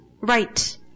Right